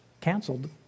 canceled